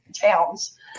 towns